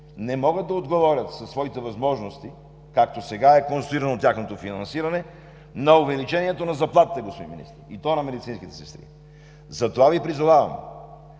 не могат да отговорят със своите възможности, както сега е конструирано тяхното финансиране, на увеличението на заплатите, господин Министър, и то на медицинските сестри. Затова Ви призовавам